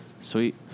sweet